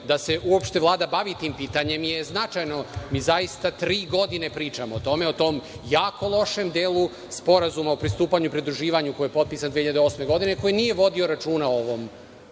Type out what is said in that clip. da se uopšte Vlada bavi tim pitanjem je značajno. Mi zaista tri godine pričamo o tome, o tom jako lošem delu Sporazuma o pristupanju i pridruživanju, koji je potpisan 2008. godine, koji nije vodio računa o ovom